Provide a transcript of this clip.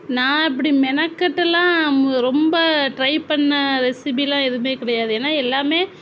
நான் இப்படி மெனக்கட்டுலாம் ரொம்ப டிரை பண்ண ரெசிபியெலா எதுவுமே கிடையாது ஏன்னா எல்லாமே